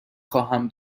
خواهم